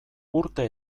urte